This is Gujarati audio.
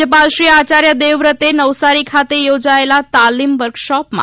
રાજ્યપાલશ્રી આચાર્ય દેવવ્રતે નવસારી ખાતે યોજાયેલા તાલીમ વર્કશોપમાં